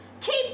Keep